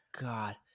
God